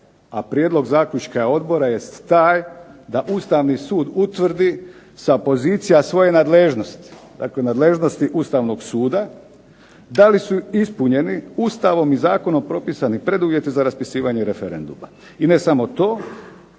a prijedlog zaključka odbora jest taj da Ustavni sud utvrdi sa pozicija svoje nadležnosti, dakle nadležnosti Ustavnog suda, da li su ispunjeni Ustavom i zakonom propisani preduvjeti za raspisivanje referenduma. I ne samo to,